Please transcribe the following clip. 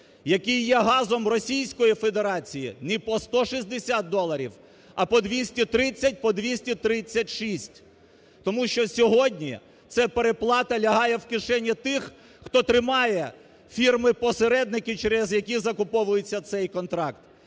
який є газом Російської Федерації, не по 160 доларів, а по 230, по 236? Тому що сьогодні ця переплата лягає в кишені тих, хто тримає фірми-посередники, через які закуповується цей контракт.